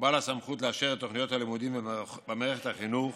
בעל הסמכות לאשר את תוכניות הלימודים במערכת החינוך